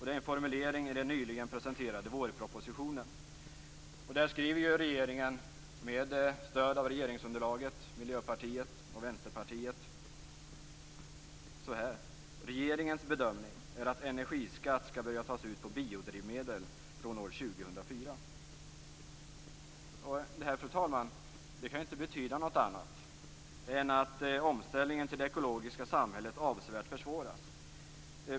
Det är en formulering i den nyligen presenterade vårpropositionen. Där skriver regeringen, med stöd av regeringsunderlaget Miljöpartiet och Vänsterpartiet, så här: "Regeringens bedömning är att energiskatt ska börja tas ut på biodrivmedel från år 2004." Detta, fru talman, kan inte betyda något annat än att omställningen till det ekologiska samhället avsevärt försvåras.